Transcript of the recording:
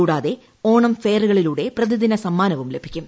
കൂടാതെ ഓണം ഫെയറുകളിലൂടെ പ്രതിദിന സമ്മാന്പുംം ലഭിക്കും